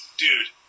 dude